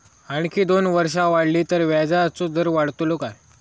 आणखी दोन वर्षा वाढली तर व्याजाचो दर वाढतलो काय?